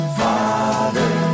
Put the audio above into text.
father